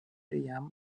jam